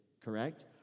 correct